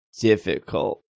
Difficult